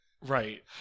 Right